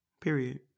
Period